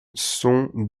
sont